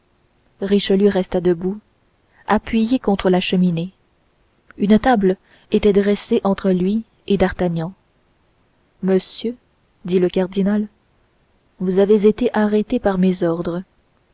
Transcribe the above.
richelieu resta debout appuyé contre la cheminée une table était dressée entre lui et d'artagnan monsieur dit le cardinal vous avez été arrêté par mes ordres